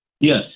Yes